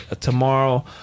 tomorrow